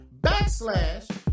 backslash